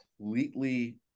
completely